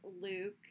Luke